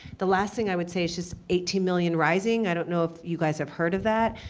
the last thing i would say is just eighteen million rising. i don't know if you guys have heard of that.